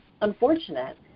unfortunate